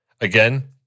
Again